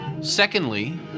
Secondly